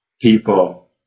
people